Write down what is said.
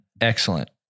excellent